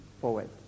forward